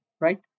right